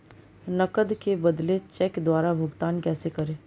नकद के बदले चेक द्वारा भुगतान कैसे करें?